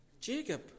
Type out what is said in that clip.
Jacob